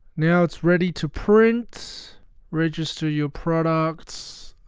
now it's ready to print register your products